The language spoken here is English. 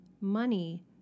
money